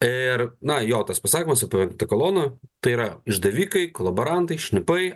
ir na jo tas pasakymas apie tą koloną tai yra išdavikai kolaborantai šnipai